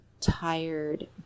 tired